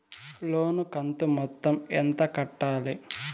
లోను కంతు మొత్తం ఎంత కట్టాలి?